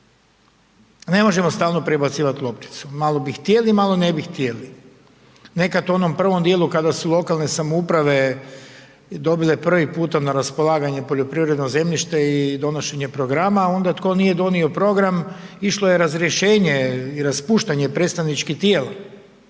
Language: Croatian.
Ne možemo stalno prebacivati lopticu, malo bi htjeli, malo ne bi htjeli. Nekad u onom prvom djelu kada su lokalne samouprave dobile prvi puta na raspolaganje poljoprivredno zemljište i donošenje programa onda tko nije donio program išlo je razrješenje i raspuštanje predstavničkih tijela.